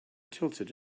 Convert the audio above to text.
tilted